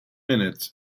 minutes